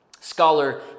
Scholar